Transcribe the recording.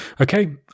Okay